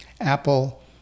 Apple